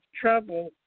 trouble